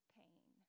pain